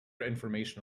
information